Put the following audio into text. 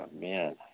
man